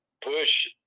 push